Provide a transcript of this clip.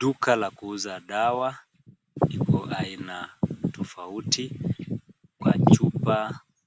Duka la kuuza dawa. Iko aina tofauti; kwa chupa,